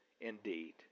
indeed